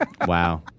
Wow